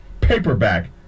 paperback